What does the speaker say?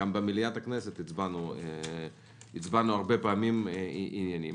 גם במליאת הכנסת הצבענו הרבה פעמים עניינית.